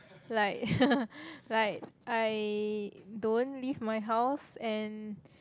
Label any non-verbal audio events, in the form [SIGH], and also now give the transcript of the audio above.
like [LAUGHS] like I don't leave my house and